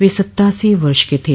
वे सत्तासी वर्ष के थे